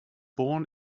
born